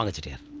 and to do